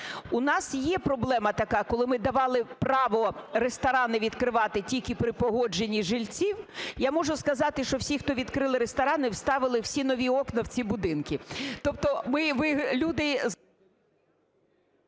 У нас є проблема така, коли ми давали право ресторани відкривати тільки при погодженні жильців, я можу сказати, що всі, хто відкрили ресторани, вставили всі нові окна в ці будинки.